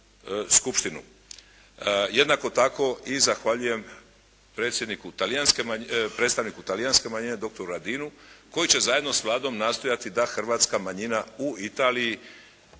Skupštinu. Jednako tako i zahvaljujem predsjedniku, predstavniku talijanske manjine doktoru Radinu koji će zajedno s Vladom nastojati da hrvatska manjina u Italiji